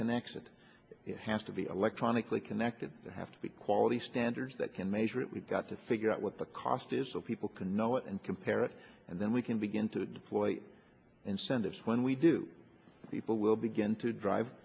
connects it has to be electronically connected have to be quality standards that can measure it we've got to figure out what the cost is so people can know it and compare it and then we can begin to deploy incentives when we do people will begin to drive